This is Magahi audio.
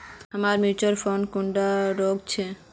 हमार मिर्चन फसल कुंडा रोग छै?